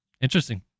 Interesting